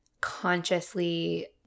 consciously